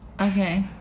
Okay